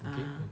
ah